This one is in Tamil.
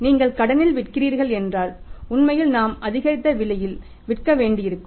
நீங்கள் கடனில் விற்கிறீர்கள் என்றால் உண்மையில் நாம் அதிகரித்த விலையில் விற்க வேண்டியிருக்கும்